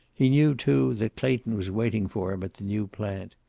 he knew, too, that clayton was waiting for him at the new plant.